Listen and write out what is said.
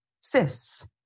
CIS